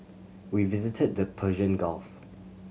we visited the Persian Gulf